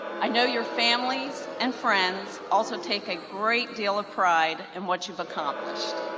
i know your families and friends also take a great deal of pride in what you've accomplished.